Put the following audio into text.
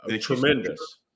Tremendous